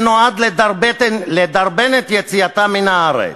שנועד לדרבן את יציאתם מן הארץ,